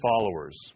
followers